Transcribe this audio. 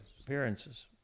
Appearances